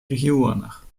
регионах